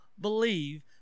believe